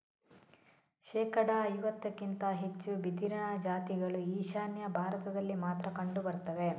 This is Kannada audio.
ಶೇಕಡಾ ಐವತ್ತಕ್ಕಿಂತ ಹೆಚ್ಚು ಬಿದಿರಿನ ಜಾತಿಗಳು ಈಶಾನ್ಯ ಭಾರತದಲ್ಲಿ ಮಾತ್ರ ಕಂಡು ಬರ್ತವೆ